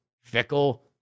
fickle